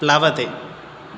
प्लवते